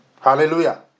Hallelujah